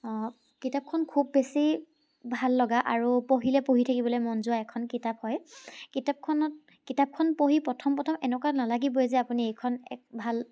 কিতাপখন খুব বেছি ভাল লগা আৰু পঢ়িলে পঢ়ি থাকিবলৈ মন যোৱা এখন কিতাপ হয় কিতাপখনত কিতাপখন পঢ়ি প্ৰথম প্ৰথম এনেকুৱা নেলাগিবই যে এইখন এক ভাল